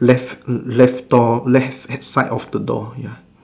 left left door left side of the door ya